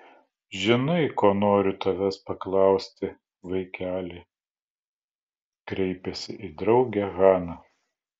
žinai ko noriu tavęs paklausti vaikeli kreipėsi į draugę hana